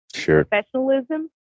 professionalism